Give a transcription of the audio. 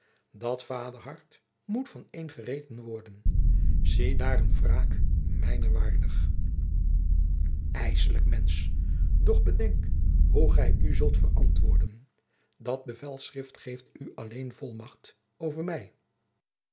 dat vaderhart moet van een gereten worden ziedaar een wraak mijner waardig ijslijk mensch doch bedenk hoe gij u zult verantwoorden dat bevelschrift geeft u alleen volmacht over mij